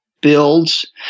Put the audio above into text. builds